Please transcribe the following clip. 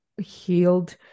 healed